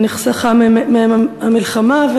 שנחסכה מהם המלחמה.